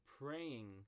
praying